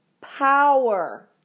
power